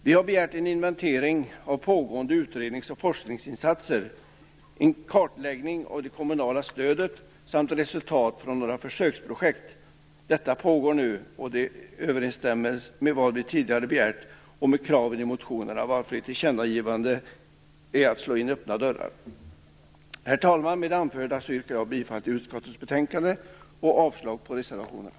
Vi har begärt en inventering av pågående utrednings och forskningsinsatser, en kartläggning av det kommunala stödet samt resultat från några försöksprojekt. Detta pågår nu. Det stämmer överens med vad vi tidigare begärt och med kraven i motionerna, varför ett tillkännagivande är att slå in öppna dörrar. Herr talman! Med det anförda yrkar jag bifall till utskottets betänkande och avslag på reservationerna.